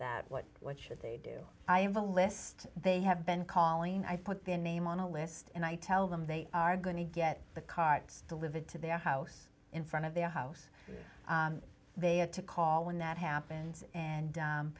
that what what should they do i have a list they have been calling i put their name on a list and i tell them they are going to get the cards delivered to their house in front of their house they have to call when that happens and